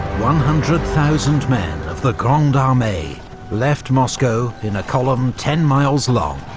one hundred thousand men of the grande armee left moscow in a column ten miles long,